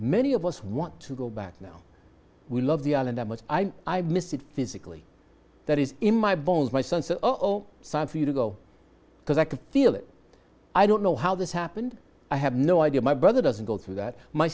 many of us want to go back now we love the island that much i missed it physically that is in my bones my sense of sight for you to go because i can feel it i don't know how this happened i have no idea my brother doesn't go through that my